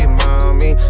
mommy